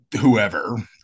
whoever